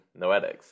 noetics